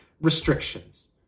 restrictions